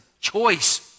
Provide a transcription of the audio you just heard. choice